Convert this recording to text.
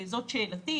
זאת שאלתי.